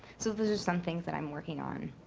so those are some things that i'm working on.